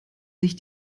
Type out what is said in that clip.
sich